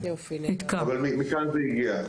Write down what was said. --- אבל מכאן זה הגיע.